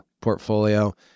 portfolio